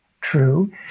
True